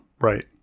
right